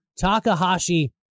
Takahashi